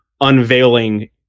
unveiling